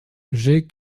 j’ai